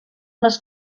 les